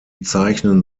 zeichnen